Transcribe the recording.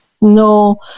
No